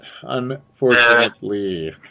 unfortunately